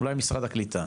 אולי משרד הקליטה.